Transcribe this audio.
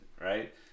right